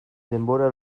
denbora